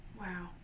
Wow